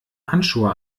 handschuhe